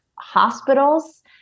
hospitals